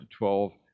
12